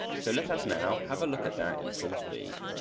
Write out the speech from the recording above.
so let us now have a look at that in full speed.